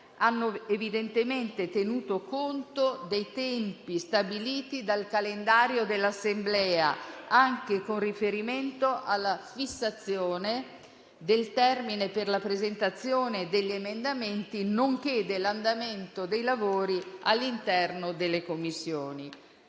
hanno evidentemente tenuto conto dei tempi stabiliti dal calendario dell'Assemblea anche con riferimento alla fissazione del termine per la presentazione degli emendamenti nonché dell'andamento dei lavori all'interno delle Commissioni.